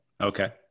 Okay